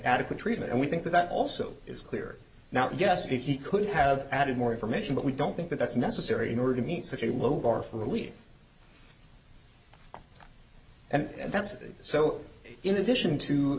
adequate treatment and we think that that also is clear now yes he could have added more information but we don't think that that's necessary in order to meet such a low bar for relief and that's so in addition to